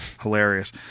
hilarious